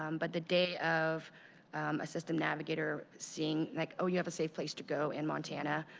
um but the day of a system navigator saying like ah you have a safe place to go in montana,